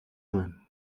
байна